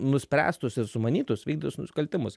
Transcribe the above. nuspręstus ir sumanytus vykdytus nusikaltimus